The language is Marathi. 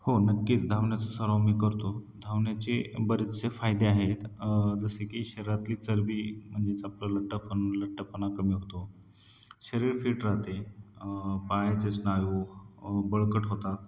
हो नक्कीच धावण्याचा सर्व मी करतो धावण्याचे बरेचसे फायदे आहेत जसे की शरीरातली चरबी म्हणजेच आपलं लठ्ठपणा लठ्ठपणा कमी होतो शरीर फिट राहते पायाचे स्नायू बळकट होतात